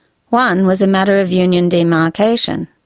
one was a matter of union demarcation.